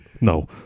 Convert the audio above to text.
No